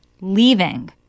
leaving